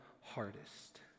hardest